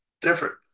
different